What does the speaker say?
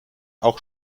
auch